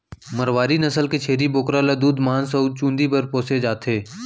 मारवारी नसल के छेरी बोकरा ल दूद, मांस अउ चूंदी बर पोसे जाथे